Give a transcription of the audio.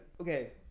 Okay